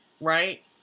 right